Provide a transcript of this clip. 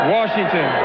washington